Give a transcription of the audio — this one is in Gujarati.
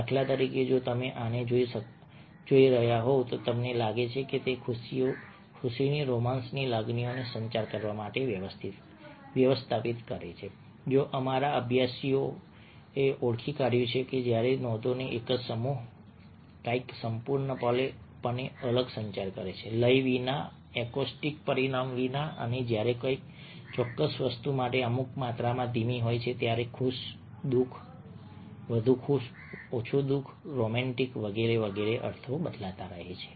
દાખલા તરીકે જો તમે આને જોઈ રહ્યા હોવ તો તમને લાગે છે કે તે ખુશીની રોમાંસની લાગણીઓને સંચાર કરવા માટે વ્યવસ્થાપિત કરે છે જે અમારા અભ્યાસોએ ઓળખી કાઢ્યું છે જ્યારે નોંધોનો એક જ સમૂહ કંઈક સંપૂર્ણપણે અલગ સંચાર કરે છે લય વિના એકોસ્ટિક પરિમાણ વિના અને જ્યારે કોઈ ચોક્કસ વસ્તુ માટે અમુક માત્રામાં ધીમી હોય છે ત્યારે ખુશ દુઃખી વધુ ખુશ ઓછા ખુશ રોમેન્ટિક વગેરે વગેરે અર્થો બદલાતા રહે છે